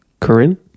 Corinne